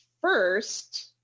first